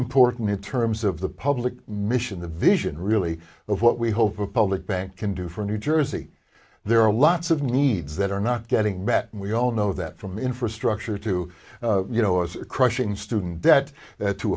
important in terms of the public mission the vision really of what we hope a public bank can do for new jersey there are lots of needs that are not getting met and we all know that from infrastructure to you know as crushing student debt that to